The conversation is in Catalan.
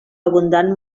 abundant